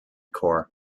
core